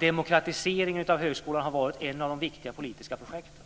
Demokratiseringen av högskolan har varit en av de viktiga politiska projekten.